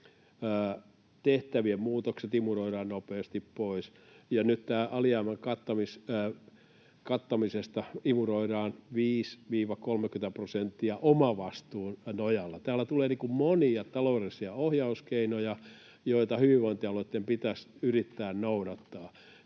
tehtävien muutokset imuroidaan nopeasti pois, ja nyt tämän alijäämän kattamisesta imuroidaan 5—30 prosenttia omavastuun nojalla. Täällä tulee monia taloudellisia ohjauskeinoja, joita hyvinvointialueitten pitäisi yrittää noudattaa.